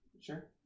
Sure